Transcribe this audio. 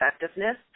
effectiveness